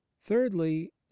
thirdly